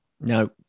no